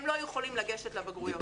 הם לא יכולים לגשת לבגרויות.